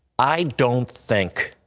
i don't think